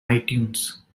itunes